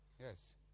yes